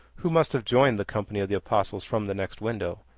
who must have joined the company of the apostles from the next window,